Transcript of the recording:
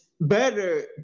better